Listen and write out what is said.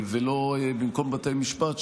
גם לא במקום בתי משפט,